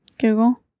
Google